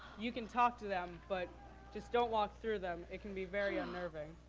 you can talk to them but just don't walk through them. it can be very unnerving.